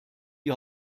die